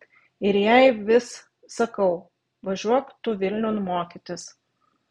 ir jai vis sakau važiuok tu vilniun mokytis